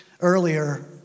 earlier